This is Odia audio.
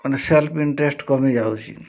ମାନେ ସେଲ୍ଫ୍ଫ ଇଣ୍ଟରେଷ୍ଟ କମିଯାଉଛି